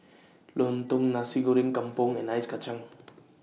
Lontong Nasi Goreng Kampung and Ice Kachang